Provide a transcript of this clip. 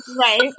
Right